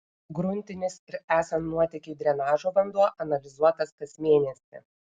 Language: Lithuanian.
gruntinis ir esant nuotėkiui drenažo vanduo analizuotas kas mėnesį